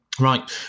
Right